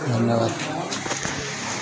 ଧନ୍ୟବାଦ